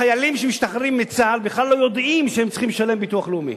חיילים שמשתחררים מצה"ל בכלל לא יודעים שהם צריכים לשלם ביטוח לאומי,